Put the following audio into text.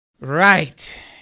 Right